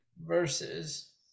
Versus